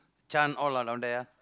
chant all ah down there ah